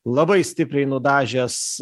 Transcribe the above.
labai stipriai nudažęs